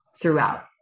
throughout